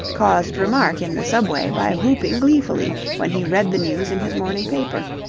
caused remark in the subway by whooping gleefully when he read the news in his morning paper,